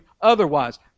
otherwise